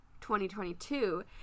2022